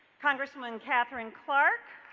congressman katherine clark,